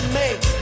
make